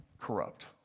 corrupt